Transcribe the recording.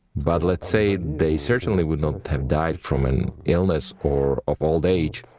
but, let's say, they certainly would not have died from an illness or of old age.